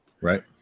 Right